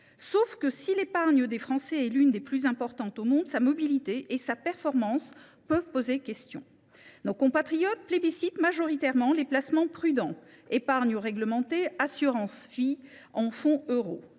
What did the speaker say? étant, si l’épargne des Français est l’une des plus importantes du monde, sa mobilité et sa performance posent question. Nos compatriotes plébiscitent majoritairement les placements prudents : épargne réglementée ou fonds en euros